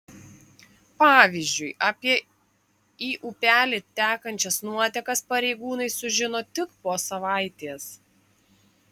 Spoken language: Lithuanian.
pavyzdžiui apie į upelį tekančias nuotekas pareigūnai sužino tik po savaitės